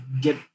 get